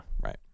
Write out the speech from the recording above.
Right